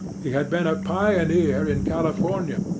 he had been a pioneer in california,